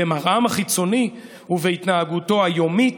במראם החיצוני ובהתנהגותם היומית,